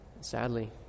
Sadly